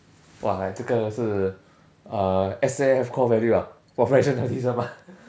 !wah! like 这个是 uh S_A_F core value ah professionalism ah